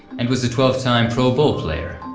and was a twelve time pro bowl player.